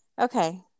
okay